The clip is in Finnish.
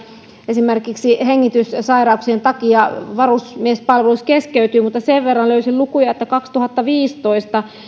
esimerkiksi hengityssairauksien takia varusmiespalveluksia keskeytyy mutta sen verran löysin lukuja että kaksituhattaviisitoista